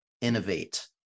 innovate